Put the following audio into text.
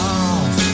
off